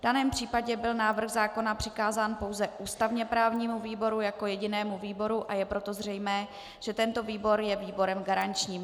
V daném případě byl návrh zákona přikázán pouze ústavněprávnímu výboru jako jedinému výboru, a je proto zřejmé, že tento výbor je výborem garančním.